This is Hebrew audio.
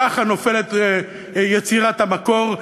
ככה נופלת יצירת המקור,